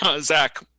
Zach